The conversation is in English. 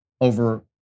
over